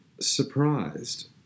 surprised